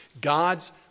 God's